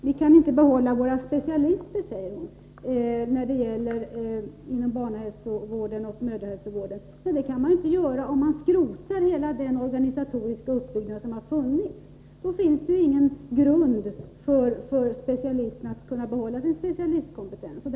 Vi kan inte behålla våra specialister, säger Karin Israelsson, inom barnhälsovård och mödrahälsovård. Det kan man inte göra om man skrotar hela den organisatoriska uppbyggnad som har funnits. Då finns det ju ingen grund för specialisterna att kunna behålla sin specialistkompetens.